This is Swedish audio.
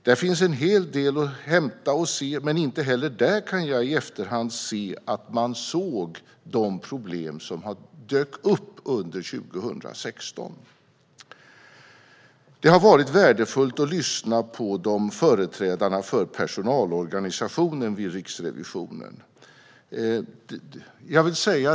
Där finns en hel del hämta och se, men inte heller där kan jag i efterhand se att man såg de problem som dök upp under 2016. Det har varit värdefullt att lyssna på företrädarna för personalorganisationen vid Riksrevisionen.